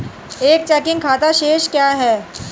एक चेकिंग खाता शेष क्या है?